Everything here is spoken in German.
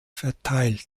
verteilt